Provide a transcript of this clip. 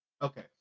Okay